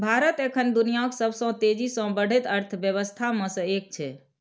भारत एखन दुनियाक सबसं तेजी सं बढ़ैत अर्थव्यवस्था मे सं एक छै